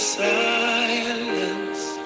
silence